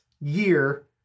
year